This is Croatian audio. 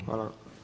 Hvala.